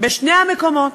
בשני המקומות.